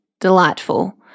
delightful